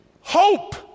hope